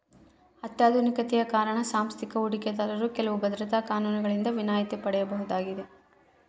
ಅತ್ಯಾಧುನಿಕತೆಯ ಕಾರಣ ಸಾಂಸ್ಥಿಕ ಹೂಡಿಕೆದಾರರು ಕೆಲವು ಭದ್ರತಾ ಕಾನೂನುಗಳಿಂದ ವಿನಾಯಿತಿ ಪಡೆಯಬಹುದಾಗದ